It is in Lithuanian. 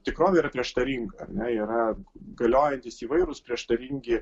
tikrovė yra prieštaringa ar ne yra galiojantys įvairūs prieštaringi